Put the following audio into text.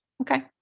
Okay